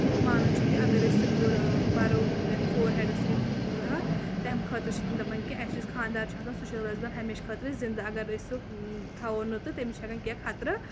تِہُند مانُن چھُ کہِ اَگر أسۍ سِنٛدوٗر بَرو یَتھ فورہیڈس تَمہِ خٲطرٕ چھ تِم دَپان کہِ اَسہِ یُس خانٛدار چھُ آسان سُہ چھُ روزان ہمیشہٕ خٲطرٕ زنٛدٕ اَگر أسۍ سُہ تھاوو نہٕ تہٕ تٔمِس چھِ ہٮ۪کان کیٚنٛہہ خطرٕ